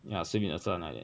ya swimming 的 I want like that